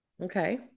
Okay